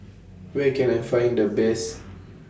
Where Can I Find The Best